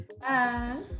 Bye